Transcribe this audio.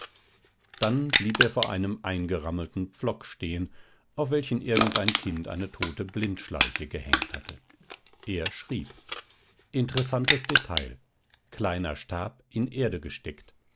dann blieb er vor einem eingerammelten pflock stehen auf welchen irgendein kind eine tote blindschleiche gehängt hatte er schrieb interessantes detail kleiner stab in erde gesteckt